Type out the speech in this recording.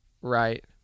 right